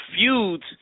feuds